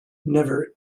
never